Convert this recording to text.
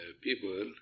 people